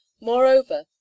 Moreover